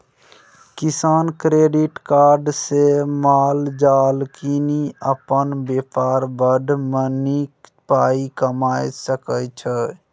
किसान credit card सँ माल जाल कीनि अपन बेपार बढ़ा नीक पाइ कमा सकै छै